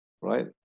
right